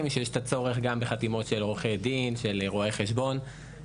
שיש את הצורך בחתימות של עורכי דין ורואי חשבון,